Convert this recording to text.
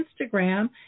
Instagram